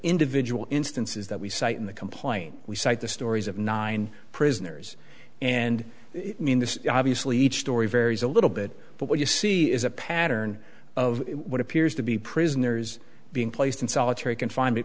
individual instances that we cite in the complaint we cite the stories of nine prisoners and it mean this obviously each story varies a little bit but what you see is a pattern of what appears to be prisoners being placed in solitary confinement